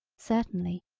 certainly,